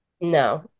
No